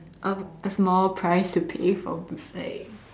a a small price to pay for like